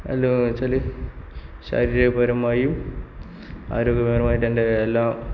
എല്ലാം എന്നുവെച്ചാല് ശരീരപരമായും ആരോഗ്യപരമായിട്ടും എൻറെ എല്ലാം